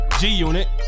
G-Unit